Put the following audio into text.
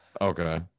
Okay